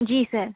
जी sir